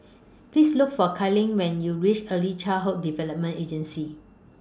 Please Look For Kadyn when YOU REACH Early Childhood Development Agency